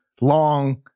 long